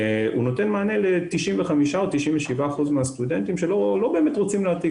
נותן מענה ל-95% או 97% מהסטודנטים שלא באמת רוצים להעתיק.